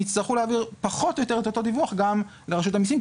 שהם יצטרכו להעביר פחות או יותר את אותו דיווח גם לרשות המיסים,